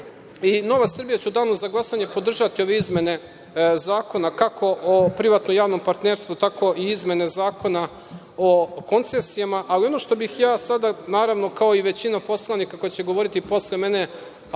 Srbija će u Danu za glasanje podržati ove izmene zakona kako o privatno-javnom partnerstvu, tako i izmene zakona o koncesijama, ali ono što bih ja sada, naravno kao i većina poslanika koja će govoriti posle mene, a to